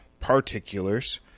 particulars